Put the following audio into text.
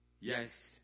Yes